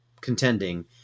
contending